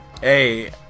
Hey